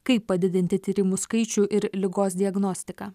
kaip padidinti tyrimų skaičių ir ligos diagnostiką